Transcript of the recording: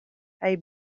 hij